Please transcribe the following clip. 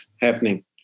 happening